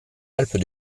alpes